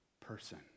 person